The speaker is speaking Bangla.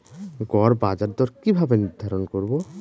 গড় বাজার দর কিভাবে নির্ধারণ করব?